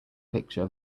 picture